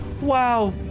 Wow